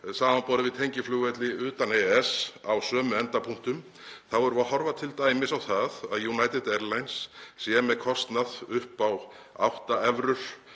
saman við tengiflugvelli utan EES á sömu endapunktum, þá erum við að horfa t.d. á það að United Airlines er með kostnað upp á 8 evrur